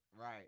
Right